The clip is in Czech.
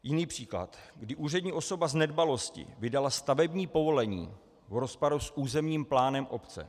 Jiný příklad, kdy úřední osoba z nedbalosti vydala stavební povolení v rozporu s územním plánem obce.